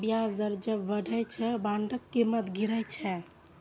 ब्याज दर जब बढ़ै छै, बांडक कीमत गिरै छै